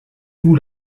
vous